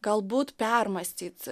galbūt permąstyt